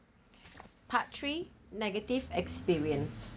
part three negative experience